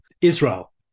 Israel